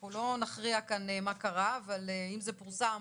אנחנו לא נכריע כאן מה קרה, אבל אם זה פורסם